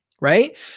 right